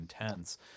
intense